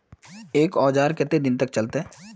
एक औजार केते दिन तक चलते?